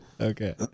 Okay